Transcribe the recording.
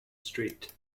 street